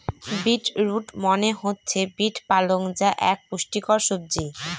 beet root মনে হচ্ছে beet পালং যা এক পুষ্টিকর সবজি